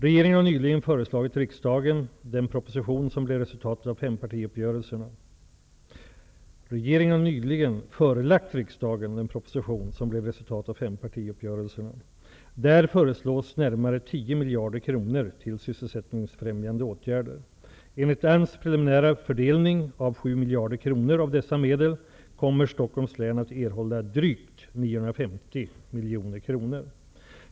Regeringen har nyligen förelagt riksdagen den proposition som blev resultatet av fempartiuppgörelserna. Där föreslås närmare 10 miljarder kronor av dessa medel kommer Stockholms län att erhålla drygt 950 miljoner kronor.